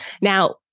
Now